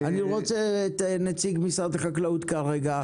אני רוצה את נציג משרד החקלאות כרגע,